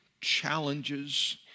challenges